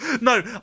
No